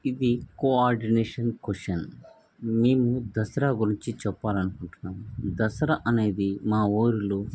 ఇది coordination question మేము దసరా గురించి చెప్పాలని అనుకుంటున్నాము దసరా అనేది మా ఊళ్ళో